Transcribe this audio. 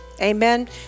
Amen